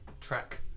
Track